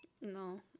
no